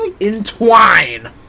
Entwine